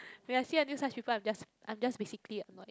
when I see until such people I'm just I'm just basically annoyed